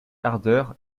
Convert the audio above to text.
ardeur